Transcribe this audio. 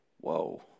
Whoa